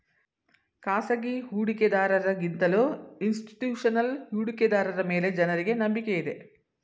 ಖಾಸಗಿ ಹೂಡಿಕೆದಾರರ ಗಿಂತಲೂ ಇನ್ಸ್ತಿಟ್ಯೂಷನಲ್ ಹೂಡಿಕೆದಾರರ ಮೇಲೆ ಜನರಿಗೆ ನಂಬಿಕೆ ಇದೆ